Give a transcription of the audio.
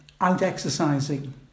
out-exercising